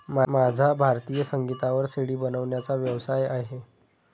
माझा भारतीय संगीतावर सी.डी बनवण्याचा व्यवसाय आहे